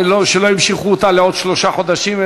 ושלא ימשכו אותה לעוד שלושה חודשים,